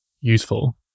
useful